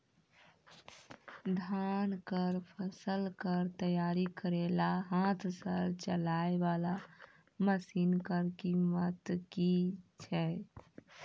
धान कऽ फसल कऽ तैयारी करेला हाथ सऽ चलाय वाला मसीन कऽ कीमत की छै?